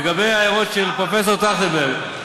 לגבי ההערות של פרופסור טרכטנברג,